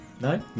No